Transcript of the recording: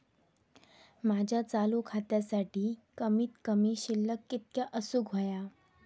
माझ्या चालू खात्यासाठी कमित कमी शिल्लक कितक्या असूक होया?